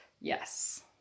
Yes